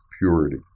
purity